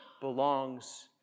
belongs